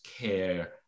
care